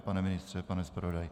Pane ministře, pane zpravodaji?